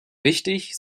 wichtig